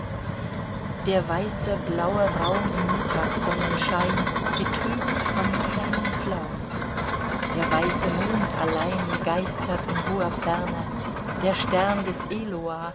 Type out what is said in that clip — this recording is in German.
der weiße blaue raum im mittagsonnenschein getrübt von keinem flaum der weiße mond allein geistert in hoher ferne der stern des eloah